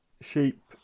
sheep